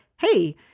hey